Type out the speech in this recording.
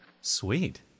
Sweet